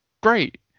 great